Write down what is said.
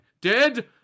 dead